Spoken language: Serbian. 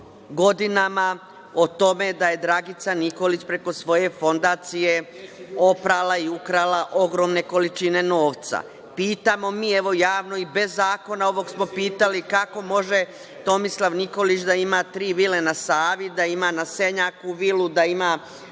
godinama o tome da je Dragica Nikolić preko svoje fondacije oprala i ukrala ogromne količine novca. Pitamo mi evo javno, i bez zakona ovog smo pitali, kako može Tomislav Nikolić da ima tri vile na Savi, da ima na Senjaku vilu, da ima